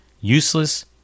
Useless